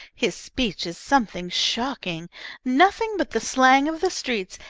his speech is something shocking nothing but the slang of the streets,